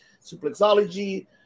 Suplexology